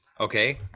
Okay